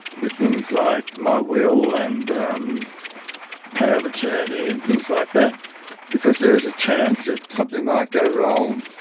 with things like my will and um power of attorney and things like that because there is a chance that something might go wrong.